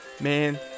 man